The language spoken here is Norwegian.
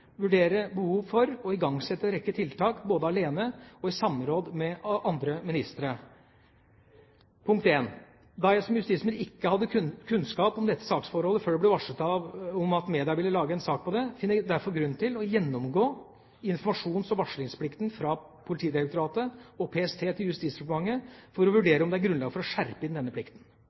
vurdere behov for og igangsette en rekke tiltak både alene og i samråd med andre ministere. Da jeg som justisminister ikke hadde kunnskap om dette saksforholdet før det ble varslet om at media ville lage en sak på det, finner jeg derfor grunn til å gjennomgå informasjons- og varslingsplikten fra Politidirektoratet og PST til Justisdepartementet for å vurdere om det er grunnlag for å skjerpe inn denne plikten.